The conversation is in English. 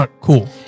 cool